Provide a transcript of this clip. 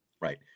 Right